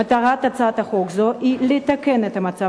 מטרת הצעת חוק זו היא לתקן את המצב